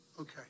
Okay